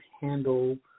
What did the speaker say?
handle